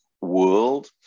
world